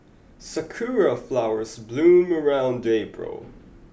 sakura flowers bloom around April